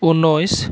ঊনৈছ